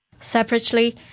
Separately